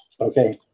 Okay